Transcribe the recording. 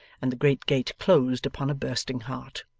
and the great gate closed upon a bursting heart.